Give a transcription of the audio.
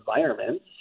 environments